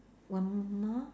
one m~ more